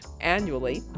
annually